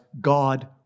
God